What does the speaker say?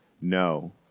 No